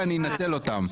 ואנצל אותם.